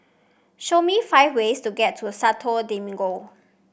show me five ways to get to the Santo Domingo